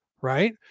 right